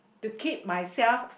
to keep myself